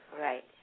Right